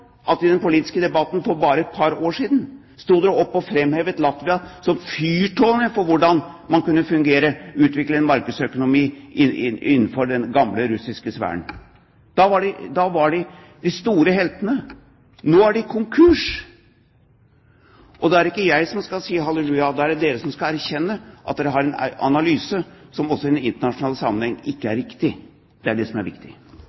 at i den politiske debatten for bare et par år siden, sto dere opp og framhevet Latvia som fyrtårnet på hvordan man kunne fungere og utvikle en markedsøkonomi innenfor den gamle russiske sfæren. Da var de de store heltene. Nå er de konkurs. Da er det ikke jeg som skal si «halleluja», da er det dere som skal erkjenne at dere har en analyse som heller ikke i den internasjonale sammenheng er riktig. Det er det som er viktig.